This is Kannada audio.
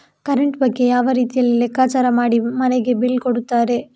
ಕರೆಂಟ್ ಬಗ್ಗೆ ಯಾವ ರೀತಿಯಲ್ಲಿ ಲೆಕ್ಕಚಾರ ಮಾಡಿ ಮನೆಗೆ ಬಿಲ್ ಕೊಡುತ್ತಾರೆ?